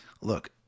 look